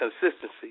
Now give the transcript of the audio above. consistency